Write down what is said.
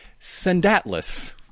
Sendatlas